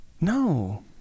No